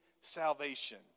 salvation